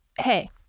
Hey